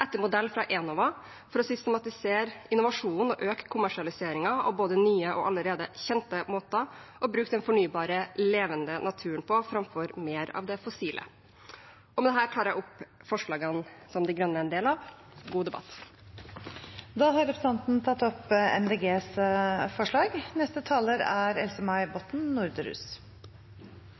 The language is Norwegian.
etter modell fra Enova, for å systematisere innovasjonen og øke kommersialiseringen av både nye og allerede kjente måter å bruke den fornybare, levende naturen på framfor mer av det fossile. Med dette tar jeg opp forslagene Miljøpartiet De Grønne er en del av. God debatt! Representanten Une Bastholm har tatt opp de forslagene hun refererte til. Norge trenger en mer aktiv næringspolitikk, det er